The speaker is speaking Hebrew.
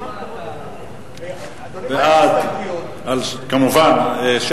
בעד, 16,